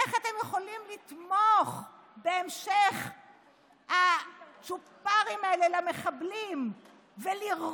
איך אתם יכולים לתמוך בהמשך הצ'ופרים האלה למחבלים ולירוק,